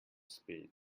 speed